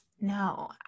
No